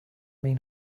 mean